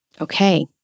Okay